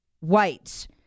whites